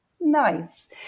Nice